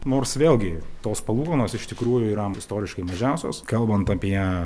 nors vėlgi tos palūkanos iš tikrųjų yra istoriškai mažiausios kalbant apie